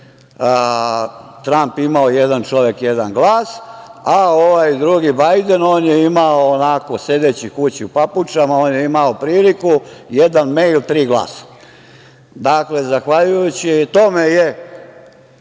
Tramp imao – jedan čovek, jedan glas, a ovaj drugi, Bajden, on je imao, onako, sedeći kući u papučama, on je imao priliku – jedan mejl, tri glasa. Dakle, zahvaljujući tome je